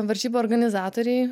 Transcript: varžybų organizatoriai